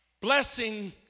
Blessing